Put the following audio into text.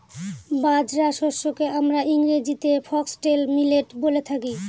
বাজরা শস্যকে আমরা ইংরেজিতে ফক্সটেল মিলেট বলে থাকি